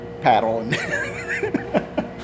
paddle